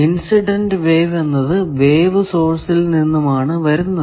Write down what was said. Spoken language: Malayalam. ഇൻസിഡന്റ് വേവ് എന്നത് വേവ് സോഴ്സിൽ നിന്നുമാണ് വരുന്നത്